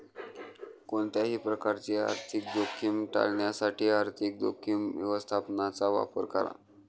कोणत्याही प्रकारची आर्थिक जोखीम टाळण्यासाठी आर्थिक जोखीम व्यवस्थापनाचा वापर करा